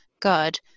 God